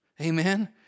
Amen